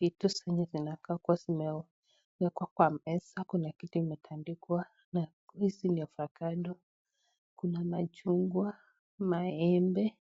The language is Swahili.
Vitu zenye zinakaa kuwa zimewekwa kwa meza, kuna kitu imetandikwa hizi ni avocado, kuna machungwa, maembe